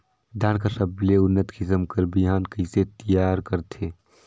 धान कर सबले उन्नत किसम कर बिहान कइसे तियार करथे?